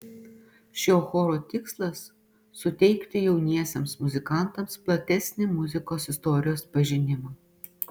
šio choro tikslas suteikti jauniesiems muzikantams platesnį muzikos istorijos pažinimą